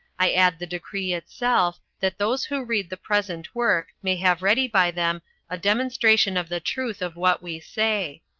i add the decree itself, that those who read the present work may have ready by them a demonstration of the truth of what we say.